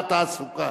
המסחר והתעסוקה.